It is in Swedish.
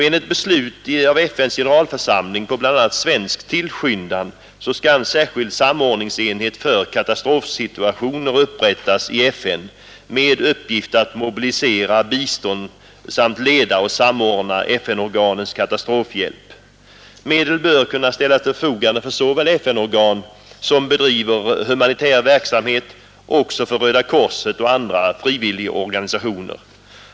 Enligt beslut av FN:s generalförsamling på bl a. svensk tillskyndan skall en särskild samordningsenhet för katastrofsituationer upprättas i FN med uppgift att mobilisera bistånd samt leda och samordna FN-organens katastrofhjälp. Medel bör kunna ställas till förfogande både för FN-organ som bedriver humanitär verksamhet och för Röda korset och andra frivilliga organisationer.